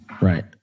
Right